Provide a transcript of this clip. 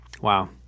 Wow